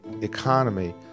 economy